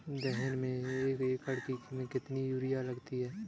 दलहन में एक एकण में कितनी यूरिया लगती है?